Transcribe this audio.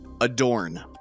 Adorn